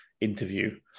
interview